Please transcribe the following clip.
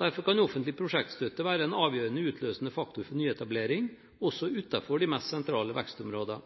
Derfor kan offentlig prosjektstøtte være en avgjørende utløsende faktor for nyetablering, også utenfor de mest sentrale vekstområdene.